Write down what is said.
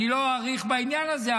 אני לא אאריך בעניין הזה,